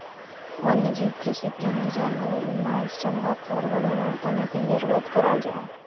वन्यजीव कृषीत जंगली जानवारेर माँस, चमड़ा, फर वागैरहर तने पिंजरबद्ध कराल जाहा